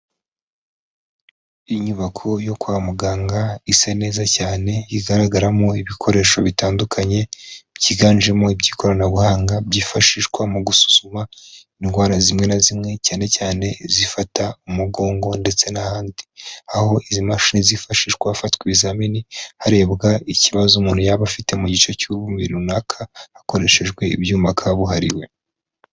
Inyubako yo kwa muganga, isa neza cyane igaragaramo ibikoresho bitandukanye byiganjemo iby'ikoranabuhanga. Byifashishwa mu gusuzuma indwara zimwe na zimwe cyane cyane zifata umugongo ndetse n'ahandi, aho izi mashini zifashishwa hafatwa ibizamini harebwa ikibazo umuntu yaba afite mu gice cy'umubiri runaka hakoreshejwe ibyuma kabuhariwe.